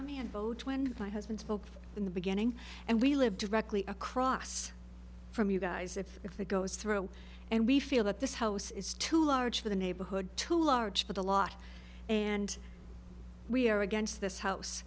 i mean vote when my husband spoke in the beginning and we live directly across from you guys if if that goes through and we feel that this house is too large for the neighborhood too large for the lot and we are against this house